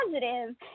positive